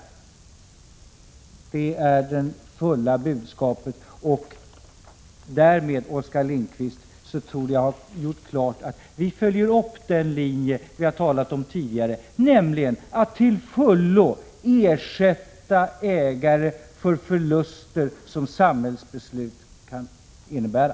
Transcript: Det är det hela och fulla budskapet. Och därmed, Oskar Lindkvist, torde jag ha gjort klart att vi följer den linje vi slagit in på tidigare, nämligen att till fullo ersätta ägare för förluster som samhällsbeslut kan innebära.